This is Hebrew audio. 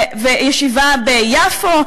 וישיבה ביפו,